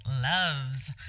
loves